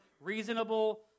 reasonable